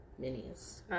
minis